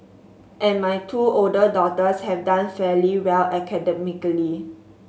and my two older daughters had done fairly well academically